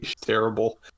Terrible